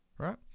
right